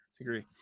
Agree